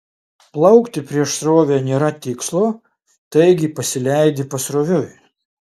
plaukti prieš srovę nėra tikslo taigi pasileidi pasroviui